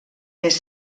més